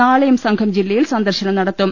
നാളെയും സംഘം ജില്ലയിൽ സന്ദർശനം നടത്തും